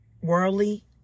Worldly